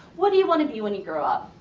what do you wanna be when you grow up?